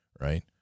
right